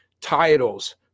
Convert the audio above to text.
titles